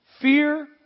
Fear